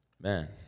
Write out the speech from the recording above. Man